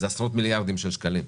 זה עשרות מיליארדים של שקלים.